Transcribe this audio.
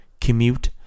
commute